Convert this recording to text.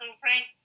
Frank